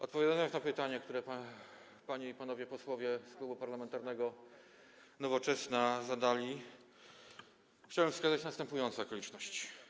Odpowiadając na pytania, które panie i panowie posłowie z Klubu Parlamentarnego Nowoczesna zadali, chciałbym wskazać na następujące okoliczności.